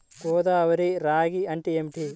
గోదావరి రాగి అంటే ఏమిటి?